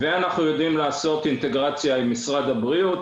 אנחנו גם יודעים לעשות אינטגרציה עם משרד הבריאות,